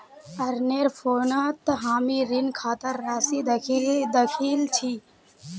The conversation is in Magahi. अरनेर फोनत हामी ऋण खातार राशि दखिल छि